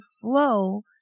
flow